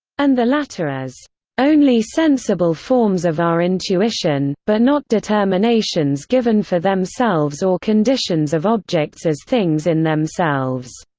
and the latter as only sensible forms of our intuition, but not determinations given for themselves or conditions of objects as things in themselves.